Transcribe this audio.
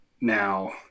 now